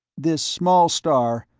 this small star,